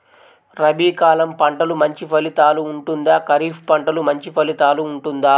రబీ కాలం పంటలు మంచి ఫలితాలు ఉంటుందా? ఖరీఫ్ పంటలు మంచి ఫలితాలు ఉంటుందా?